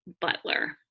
butler